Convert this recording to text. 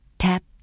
Tap